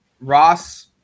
ross